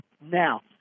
now